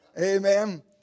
amen